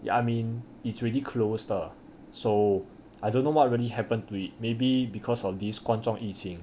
I mean it's really close lah so I don't know what really happened to maybe because of this 光宗疫情